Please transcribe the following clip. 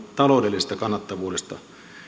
taloudellisesta kannattavuudesta